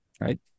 Right